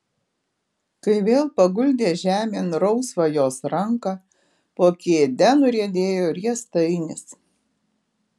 kai vėl paguldė žemėn rausvą jos ranką po kėde nuriedėjo riestainis